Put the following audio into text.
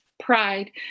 pride